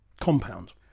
compound